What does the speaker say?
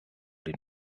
den